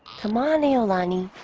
come on, iolani